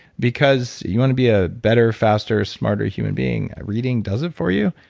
because you want to be a better, faster, smarter human being reading does it for you,